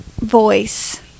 voice